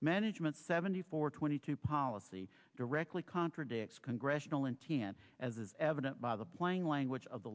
management seventy four twenty two policy directly contradicts congressional intent as is didn't buy the plain language of the